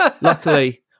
Luckily